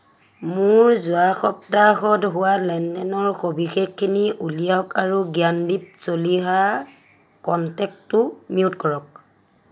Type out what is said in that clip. মোৰ যোৱা সপ্তাহত হোৱা লেন দেনৰ সবিশেষখিনি উলিয়াওক আৰু জ্ঞানদীপ চলিহা কণ্টেক্টটো মিউট কৰক